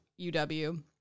UW